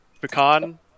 Pecan